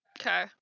Okay